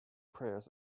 prayers